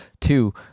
Two